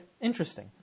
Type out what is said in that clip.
Interesting